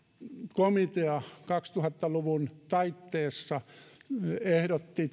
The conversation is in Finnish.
komitea kaksituhatta luvun taitteessa ehdotti